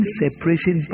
separation